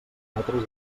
metres